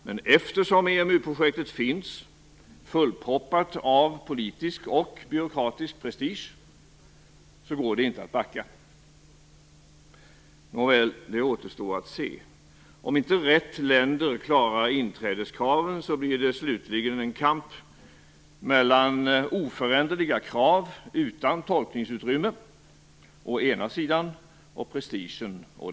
Men eftersom EMU-projektet finns, fullproppat av politisk och byråkratisk prestige, går det inte att backa. Nåväl, det återstår att se. Om inte rätt länder klarar inträdeskraven blir det slutligen en kamp mellan å ena sidan oföränderliga krav utan tolkningsutrymme, å andra sidan prestigen.